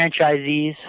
franchisees